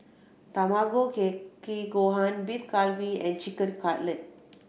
Tamago Kake Kake Gohan Beef Galbi and Chicken Cutlet